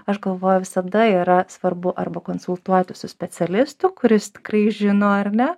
aš galvoju visada yra svarbu arba konsultuotis su specialistu kuris tikrai žino ar ne